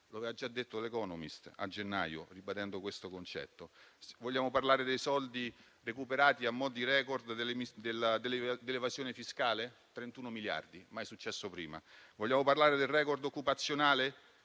Lo aveva già detto "The Economist" a gennaio, ribadendo questo concetto. Vogliamo parlare dei soldi recuperati a mo' di record dell'evasione fiscale? 31 miliardi, mai successo prima. Vogliamo parlare del record occupazionale